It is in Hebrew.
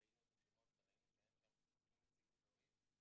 וראינו את שמות וראינו שאין שם כל נציגות הורית,